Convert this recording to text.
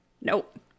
nope